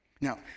Now